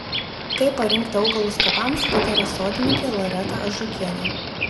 kaip parinkti augalus kapams pataria sodininkė loreta ažukienė